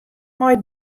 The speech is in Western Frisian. mei